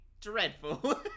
dreadful